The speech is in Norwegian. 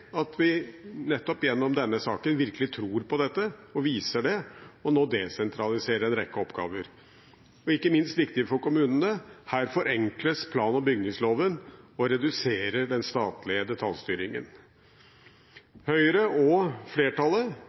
at vi nettopp gjennom denne saken virkelig tror på dette, viser det og nå desentraliserer en rekke oppgaver. Ikke minst viktig for kommunene er det at plan- og bygningsloven forenkles og den statlige detaljstyringen reduseres. Høyre og flertallet